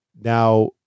Now